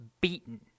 beaten